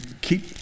keep